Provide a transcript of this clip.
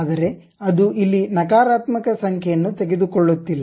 ಆದರೆ ಅದು ಇಲ್ಲಿ ನಕಾರಾತ್ಮಕ ಸಂಖ್ಯೆಯನ್ನು ತೆಗೆದುಕೊಳ್ಳುತ್ತಿಲ್ಲ